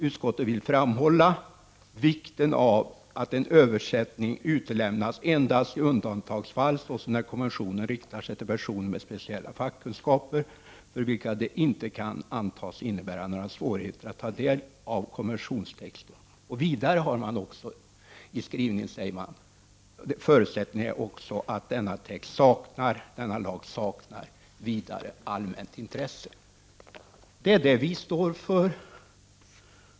Utskottet vill emellertid framhålla vikten av att en översättning utelämnas endast i undantagsfall såsom när konventionen riktar sig till personer med speciella fackkunskaper, för vilka det inte kan antas innebära några svårigheter att ta del av konventionstexten och denna saknar vidare allmänt intresse.” Detta är vad vi står för.